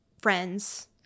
friends